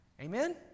Amen